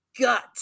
gut